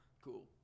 cool